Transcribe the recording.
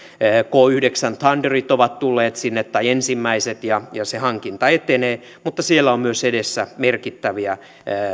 k yhdeksän thunderit ovat tulleet sinne tai ensimmäiset ja ja se hankinta etenee mutta siellä on myös edessä merkittäviä